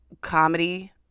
comedy